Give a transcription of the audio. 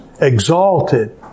exalted